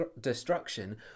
destruction